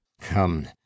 come